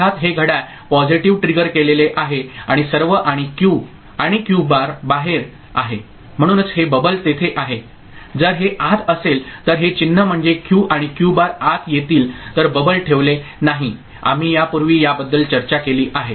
अर्थात हे घड्याळ पॉझिटिव्ह ट्रिगर केलेले आहे आणि सर्व आणि क्यू आणि क्यू बार बाहेर आहे म्हणूनच हे बबल तेथे आहे जर हे आत असेल तर हे चिन्ह म्हणजे क्यू आणि क्यू बार आत येतील तर बबल ठेवले नाही आम्ही यापूर्वी याबद्दल चर्चा केली आहे